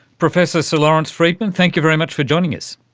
professor sir lawrence freedman, thank you very much for joining us.